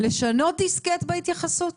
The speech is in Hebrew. לשנות דיסקט בהתייחסות?